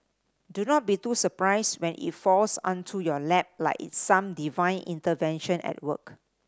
do not be too surprised when it falls onto your lap like it's some divine intervention at work